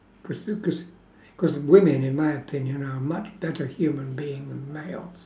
presu~ cause women in my opinion are much better human being than males